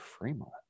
Fremont